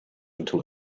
until